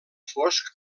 fosc